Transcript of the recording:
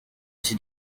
iki